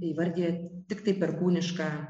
įvardija tiktai per kūnišką